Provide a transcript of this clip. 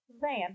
van